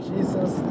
Jesus